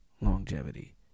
longevity